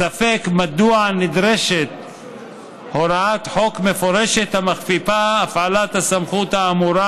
יש ספק מדוע נדרשת הוראת חוק מפורשת המכפיפה את הפעלת הסמכות האמורה